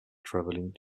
travelling